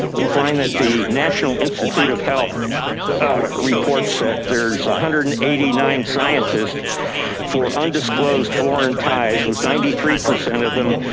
we find that the national institute of health report said there's one ah hundred and eighty nine scientists for undisclosed foreign ties, was ninety three percent of them.